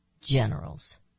generals